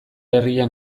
herrian